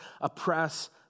oppress